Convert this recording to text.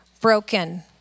broken